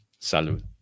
Salud